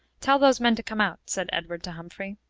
tell those men to come out, said edward to humphrey.